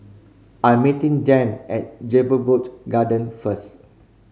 I'm meeting Dan at Jedburgh Garden first